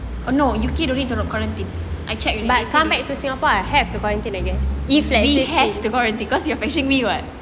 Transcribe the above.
oh no U_K do not need to quarantine I checked already it say don't know we have to quarantine because you are fetching me [what]